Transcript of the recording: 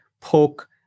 poke